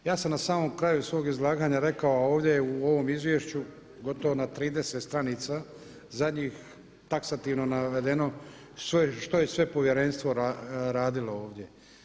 Ja sam na samom kraju svog izlaganja rekao ovdje u ovom izvješću gotovo na 30 stranica zadnjih taksativno navedeno što je sve povjerenstvo radilo ovdje.